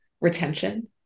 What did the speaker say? retention